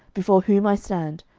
before whom i stand,